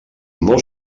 molt